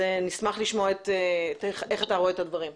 נשמח לשמוע איך אתה רואה את הדברים.